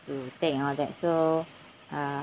to take hor that so uh